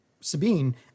Sabine